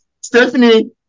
Stephanie